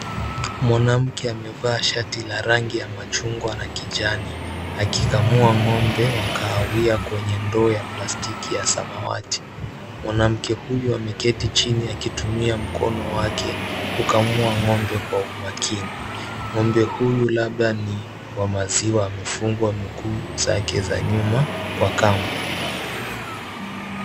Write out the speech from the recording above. Mwanamke amevaa shati la rangi ya machungwa na kijani akikamua ng'ombe wa kahawia kwenye ndoo ya plastiki ya samawati. Mwanamke huyo ameketi chini akitumia mkono wake kukamua ng'ombe kwa umakini. Ng'ombe huyu labda ni wa maziwa amefungwa miguu zake za nyuma kwa kamba.